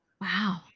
Wow